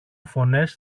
φωνές